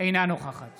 אינה נוכחת